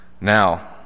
Now